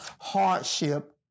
hardship